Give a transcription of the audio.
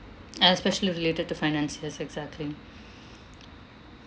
especially related to finance yes exactly